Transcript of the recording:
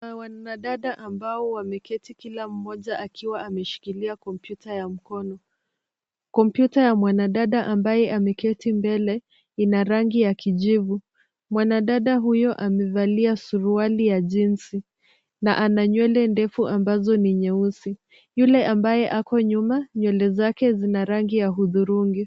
Wanadada ambao wameketi kila mmoja akiwa ameshikilia kompyuta ya mkono. Kompyuta ya mwanadada ambaye ameketi mbele ina rangi ya kijivu. Mwanadada huyo amevalia suruali ya jeans na ana nywele ndefu ambazo ni nyeusi. Yule ambaye ako nyuma, nywele zake zina rangi ya hudhurungi.